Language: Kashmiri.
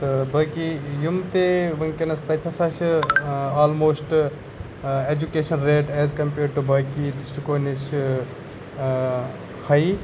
تہٕ باقٕے یِم تہِ وٕنکٮ۪نَس تَتھس اسہِ almost education rate is compared to باقٕے ڈِسٹرٛکو نِش ہایی